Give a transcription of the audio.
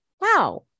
wow